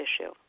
issue